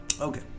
Okay